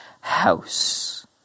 house